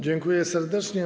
Dziękuję serdecznie.